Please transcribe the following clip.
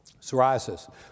Psoriasis